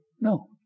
No